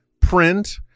print